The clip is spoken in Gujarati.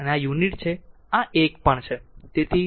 અને આ યુનિટ છે આ 1 પણ છે